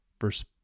verse